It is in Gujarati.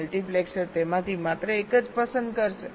મલ્ટિપ્લેક્સર તેમાંથી માત્ર એક જ પસંદ કરશે